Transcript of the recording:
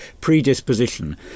predisposition